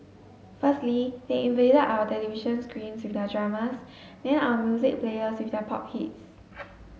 firstly they invaded our television screens with their dramas then our music players with their pop hits